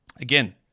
Again